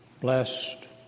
blessed